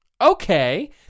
Okay